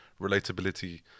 relatability